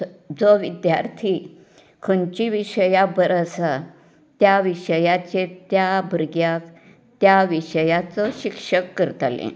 जो विद्यार्थी खंयच्या विशयांत बरो आसा त्या विशयाचेर त्या भुरग्यांक त्या विशयाचो शिक्षक करताले